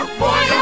boy